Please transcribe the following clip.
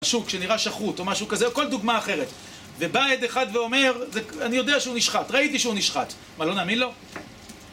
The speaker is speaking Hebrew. שוק שנראה שחוט או משהו כזה, או כל דוגמא אחרת. ובא עד אחד ואומר אני יודע שהוא נשחט, ראיתי שהוא נשחט. מה, לא נאמין לו?